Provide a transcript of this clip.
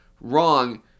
wrong